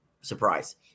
surprise